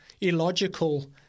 illogical